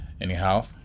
Anyhow